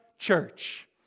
Church